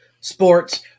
sports